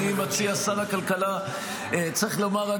צריך לומר,